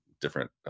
different